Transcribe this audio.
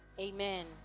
Amen